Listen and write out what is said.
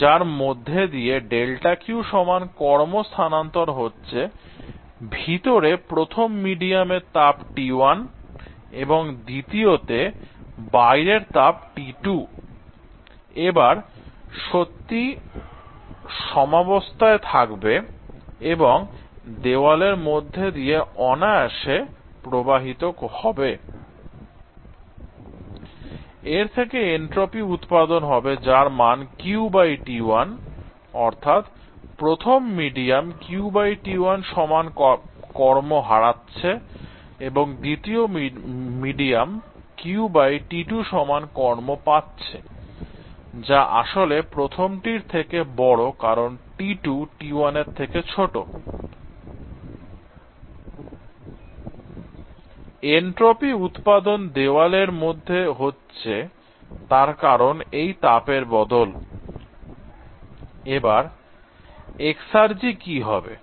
যার মধ্যে দিয়ে δQ সমান কর্ম স্থানান্তর হচ্ছে ভিতরে প্রথম মিডিয়ামে তাপ T1 এবং দ্বিতীয়তে বাইরে তাপ T2 এবার সত্যিই সাম্যবস্থায় থাকবে এবং দেওয়ালের মধ্যে দিয়ে অনায়াসে প্রবাহিত হবে I এর থেকে এন্ট্রপি উৎপাদন হবে যার মান QT1 অর্থাৎ প্রথম মিডিয়াম QT1 সমান কর্ম হারাচ্ছে এবং দ্বিতীয় মিডিয়াম QT2 সমান কর্ম পাচ্ছে যা আসলে প্রথমটির থেকে বড় কারণ T2 T1 এর থেকে ছোট I এনট্রপি উৎপাদন দেওয়ালের মধ্যে হচ্ছে তার কারণ এই তাপের বদল I এবার এক্সার্জি কি হবে